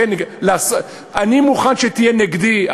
אני מוכן שתהיה נגדי,